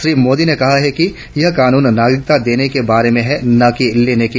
श्री मोदी ने कहा कि यह कानून नागरिकता देने के बारे में है न कि लेने के